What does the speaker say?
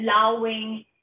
allowing